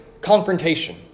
confrontation